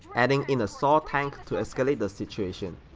adding in a saw tank to escalate the situation.